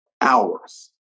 hours